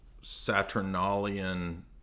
Saturnalian